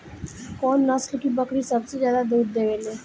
कौन नस्ल की बकरी सबसे ज्यादा दूध देवेले?